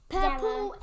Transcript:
Purple